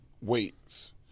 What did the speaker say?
weights